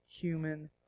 Human